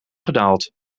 gedaald